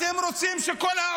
אתם לא רוצה שהעולם,